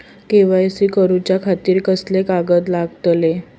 KYC करूच्या खातिर कसले कागद लागतले?